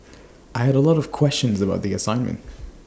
I had A lot of questions about the assignment